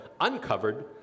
uncovered